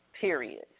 Period